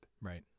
Right